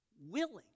willing